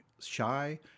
shy